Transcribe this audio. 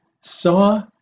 saw